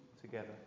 together